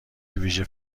ویژه